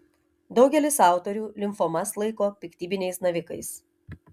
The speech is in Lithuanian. daugelis autorių limfomas laiko piktybiniais navikais